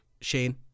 Shane